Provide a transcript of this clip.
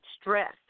stress